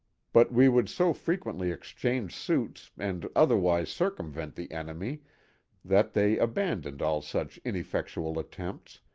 but we would so frequently exchange suits and otherwise circumvent the enemy that they abandoned all such ineffectual attempts,